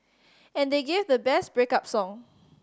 and they gave the best break up song